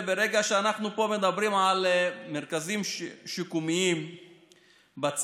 ברגע שאנחנו מדברים פה על מרכזים שיקומיים בצפון,